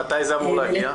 מתי זה אמור להגיע?